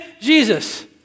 Jesus